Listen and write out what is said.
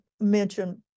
mention